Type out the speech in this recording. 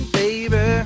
baby